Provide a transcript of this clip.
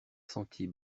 sentit